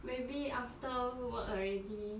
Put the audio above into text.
maybe after work already